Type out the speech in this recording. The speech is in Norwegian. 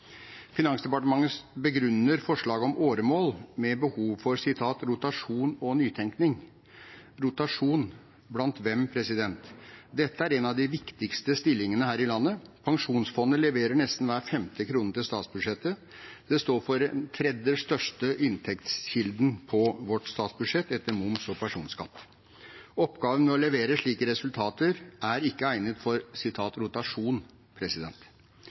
Finansdepartementet begrunner forslaget om åremål med behov for «rotasjon og nytenkning». «Rotasjon» blant hvem? Dette er en av de viktigste stillingene her i landet. Pensjonsfondet leverer nesten hver femte krone til statsbudsjettet, og det står for den tredje største inntektskilden på vårt statsbudsjett etter moms og personskatt. Oppgaven med å levere slike resultater er ikke egnet for